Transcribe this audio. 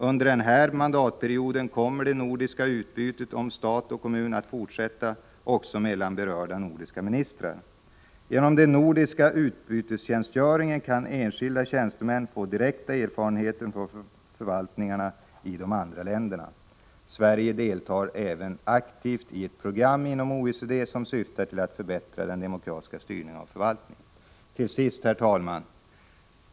Under den här mandatperioden kommer det nordiska utbytet inom stat och kommun att fortsätta också mellan berörda nordiska ministrar. Genom den nordiska utbytestjänstgöringen kan enskilda tjänstemän få direkta erfarenheter på förvaltningarna i de andra länderna. Sverige deltar även aktivt i ett program inom OECD som syftar till att förbättra den demokratiska styrningen av förvaltningen. Till sist, herr talman!